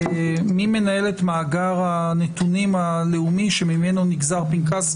שמשרד האנרגיה מחזיק את מאגר הבוחרים במדינת ישראל.